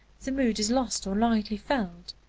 the mood is lost or lightly felt,